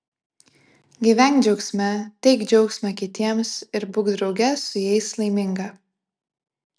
gyvenk džiaugsme teik džiaugsmą kitiems ir būk drauge su jais laiminga